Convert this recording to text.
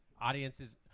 audiences